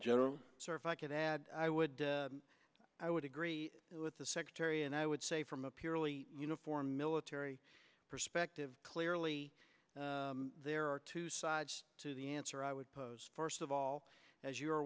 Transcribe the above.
general so if i could add i would i would agree with the secretary and i would say from a purely uniform military perspective clearly there are two sides to the answer i would pose first of all as you are